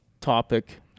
topic